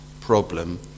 problem